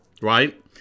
right